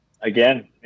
Again